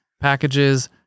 packages